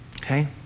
okay